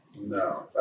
No